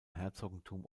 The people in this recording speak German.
herzogtum